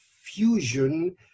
fusion